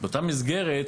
באותה מסגרת